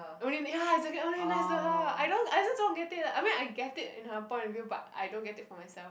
I mean ya exactly only nice to her I don't I just don't get it lah I mean I get it in her point of view but I don't get it for myself